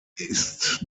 ist